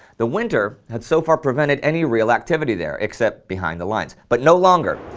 the winter had so far prevented any real activity there, except behind the lines, but no longer.